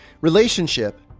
relationship